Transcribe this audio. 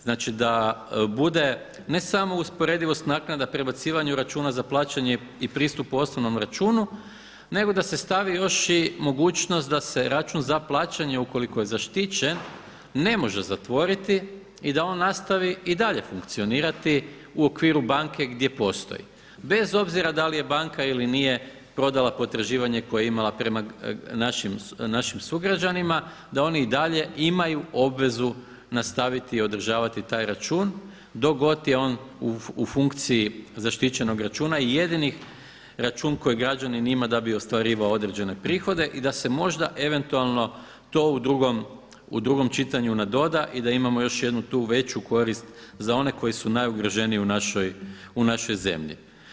Znači da bude ne samo usporedivost naknada prebacivanju računa za plaćanje i pristupu osnovnom računu nego da se stavi još i mogućnost da se račun za plaćanje ukoliko je zaštićen ne može zatvoriti i da on nastavi i dalje funkcionirati u okviru banke gdje postoji, bez obzira da li je banka ili nije prodala potraživanje koje je imala prema našim sugrađanima da oni i dalje imaju obvezu nastaviti i održavati taj račun dok god je on u funkciji zaštićenog računa i jedini račun koji građanin ima da bi ostvarivao određene prihode i da se možda, eventualno to u drugom čitanju nadoda i da imamo još jednu tu veću korist za one koji su najugroženiji u našoj zemlji.